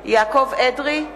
אדרי,